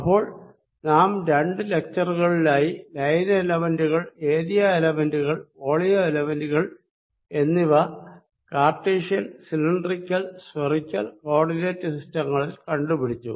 അപ്പോൾ നാം രണ്ടു ലെക്ച്ചറുകളിലായി ലൈൻ എലെമെന്റുകൾ ഏരിയ എലെമെന്റുകൾ വോളിയം എലെമെന്റുകൾ എന്നിവ Cartesian cylindrical spherical coordinate സിസ്റ്റങ്ങളിൽ കണ്ടുപിടിച്ചു